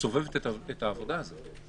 שסובבת את העבודה הזאת.